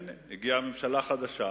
הנה מגיעה ממשלה חדשה,